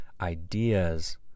ideas